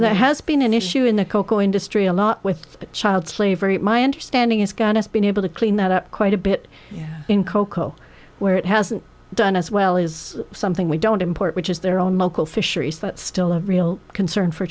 there has been an issue in the cocoa industry a lot with child slavery my understanding is god has been able to clean that up quite a bit in cocoa where it hasn't done as well is something we don't import which is their own local fisheries that's still a real concern for